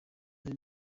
hari